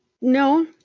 No